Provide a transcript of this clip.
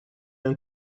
een